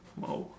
!wow!